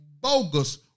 bogus